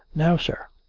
now, sir.